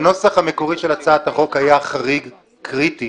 בנוסח המקורי של הצעת החוק היה חריג קריטי